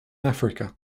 africa